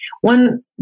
One